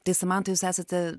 tai samanta jūs esate